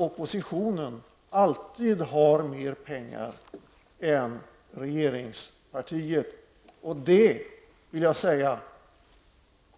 Oppositionen har alltid mera pengar än regeringspartiet. Det gäller